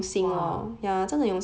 !wah!